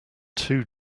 two